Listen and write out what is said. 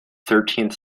thirteenth